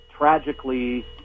Tragically